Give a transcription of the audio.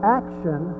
action